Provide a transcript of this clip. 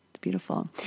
beautiful